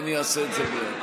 ואני אעשה את זה מייד.